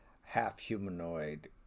half-humanoid